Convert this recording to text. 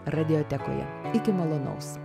radiotekoje iki malonaus